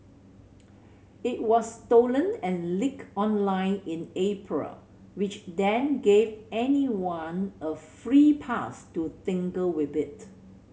it was stolen and leaked online in April which then gave anyone a free pass to tinker with it